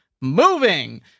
moving